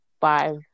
five